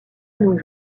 anneaux